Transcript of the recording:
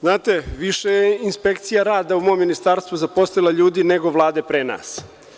Znate, više je inspekcija rada u mom ministarstvu zaposlila ljudi nego vlade pre nas.